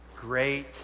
Great